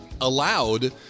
allowed